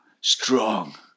strong